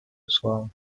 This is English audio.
islam